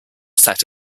set